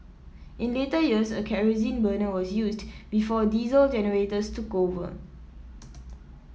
in later years a kerosene burner was used before diesel generators took over